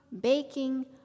baking